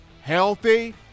healthy